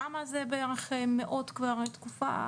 שם יש מאות כבר